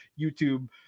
YouTube